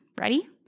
ready